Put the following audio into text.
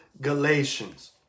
Galatians